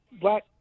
black